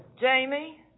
Jamie